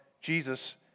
Jesus